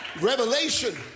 revelation